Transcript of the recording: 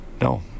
No